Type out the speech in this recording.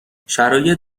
شرایط